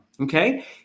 okay